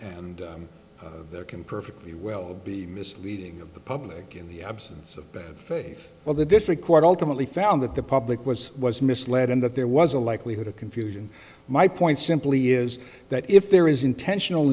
and there can perfectly well be misleading the public in the absence of bad faith well the district court ultimately found that the public was was misled and that there was a likelihood of confusion my point simply is that if there is intentional